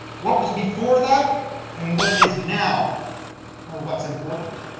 what was before that and what it is now are what's important.